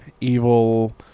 evil